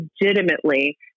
legitimately